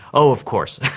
oh of course.